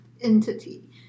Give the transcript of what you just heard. entity